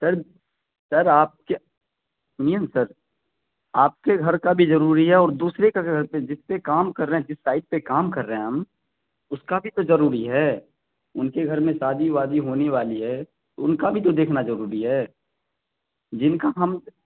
سر sir آپ کے سنیے نا سر آپ کے گھر کا بھی ضروری ہے اور دوسرے کا کیا کہتے ہیں جس سے کام کر رہے ہیں جس سائٹ پہ کام کر رہے ہیں ہم اس کا بھی تو ضروری ہے ان کے گھر میں شادی وادی ہونے والی ہے ان کا بھی تو دیکھنا ضروری ہے جن کا ہم